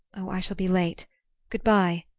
oh, i shall be late good-bye.